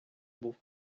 був